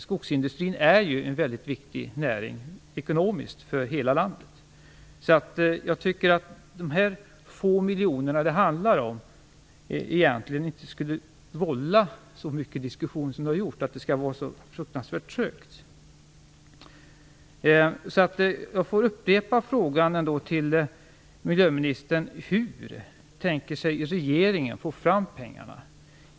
Skogsindustrin är ju en väldigt viktig näring ekonomiskt för hela landet. De få miljoner som det här handlar om borde egentligen inte vålla så mycket diskussion som de har gjort. Det borde inte vara så fruktansvärt trögt. Hur tänker sig regeringen att få fram pengarna?